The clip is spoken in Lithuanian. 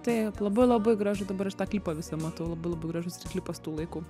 taip labai labai gražu dabar aš tą klipą visą matau labai labai gražus klipas tų laikų